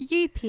UP